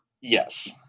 Yes